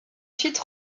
suite